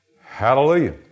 Hallelujah